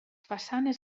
façanes